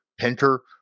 Pinter